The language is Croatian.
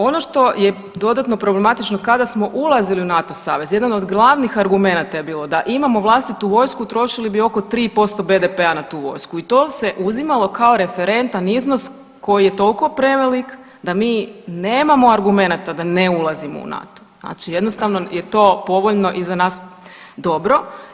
Ono što je dodatno problematično kada smo ulazili u NATO savez jedan od glavnih argumenata je bilo da imamo vlastitu vojsku trošili bi oko 3% BDP-a na tu vojsku i to se uzimalo kao referentan iznos koji je tolko prevelik da mi nemamo argumenata da ne ulazimo u NATO, znači jednostavno je to povoljno i za nas dobro.